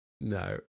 no